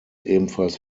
ebenfalls